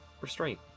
restraint